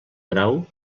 grau